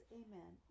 amen